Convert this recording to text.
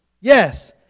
Yes